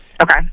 Okay